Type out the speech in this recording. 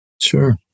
Sure